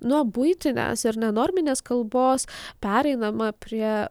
nuo buitinės ir nenorminės kalbos pereinama prie